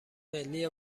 ملی